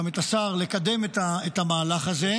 גם את השר, לקדם את המהלך הזה.